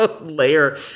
layer